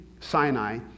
Sinai